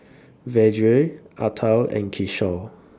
Vedre Atal and Kishore